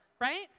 Right